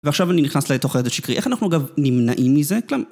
ועכשיו אני נכנס לתוך הידע שקרי, איך אנחנו אגב נמנעים מזה, כלומר...